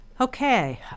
Okay